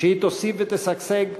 שהיא תוסיף ותשגשג,